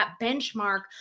benchmark